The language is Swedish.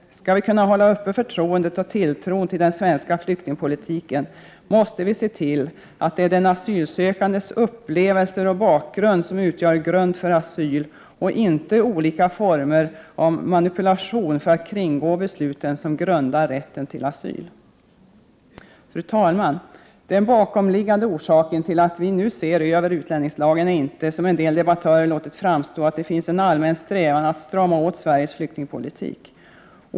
Skall vi kunna upprätthålla förtroendet och tilltron till den svenska flyktingpolitiken, måste vi se till att det är den asylsökandes upplevelser och bakgrund som utgör grund för asyl och inte olika former av manipulation för att kringgå besluten. Fru talman! Den bakomliggande orsaken till att vi nu ser över utlänningslagen är inte — som en del debattörer låtit det framstå som — att det finns en allmän strävan att strama åt Sveriges flyktingpolitik.